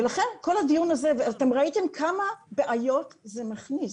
אתם ראיתם כמה בעיות זה מכניס.